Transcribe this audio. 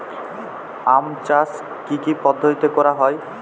আম চাষ কি কি পদ্ধতিতে করা হয়?